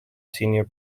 senior